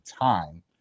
time